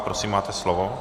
Prosím, máte slovo.